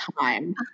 time